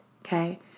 okay